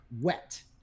wet